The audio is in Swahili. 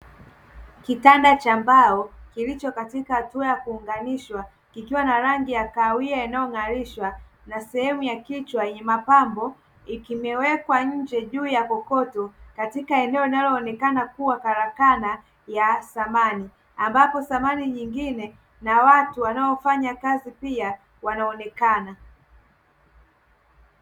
Kitanda cha mbao kilicho katika hatua ya kuunganisha, kikiwa na rangi ya kawiya inayong'arishwa na sehemu ya kichwa yenye mapambo. Kimeekwa nje juu ya kokoto katika eneo linaloonekana kuwa karakana ya samani. Ambapo samani nyingine na watu wanaofanya kazi pia wanaonekana.